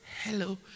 Hello